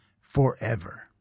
forever